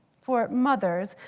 for mothers,